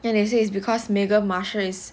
and they says because meghan markle is